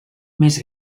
més